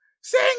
Sing